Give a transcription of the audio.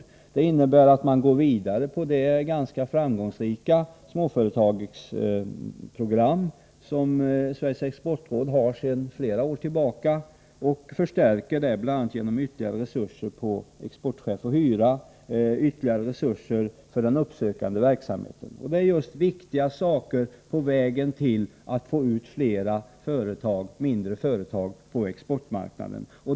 Förslaget innebär att man går vidare på det ganska framgångsrika småföretagsprogram som Sveriges exportråd sedan flera år tillbaka har och förstärker detta genom bl.a. anslag till exportchef och hyra samt ytterligare resurser för den uppsökande verksamheten. Detta är viktiga insatser för att få ut flera mindre företag på exportmarknaden.